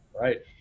Right